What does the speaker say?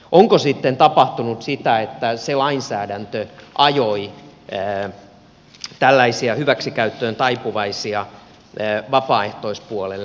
onko sitten tapahtunut sitä että se lainsäädäntö ajoi tällaisia hyväksikäyttöön taipuvaisia vapaaehtoispuolelle